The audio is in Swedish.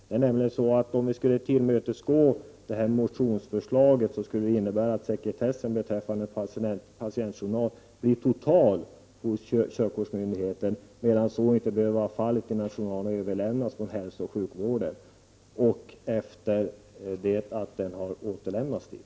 Att tillmötesgå förslaget i den moderata reservationen skulle innebära att sekretessen beträffande patientjournalen blir total hos körkortsmyndigheten, medan så inte behöver vara fallet när journalen överlämnas från hälsooch sjukvården och efter det att den har återlämnats dit.